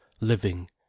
living